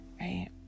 right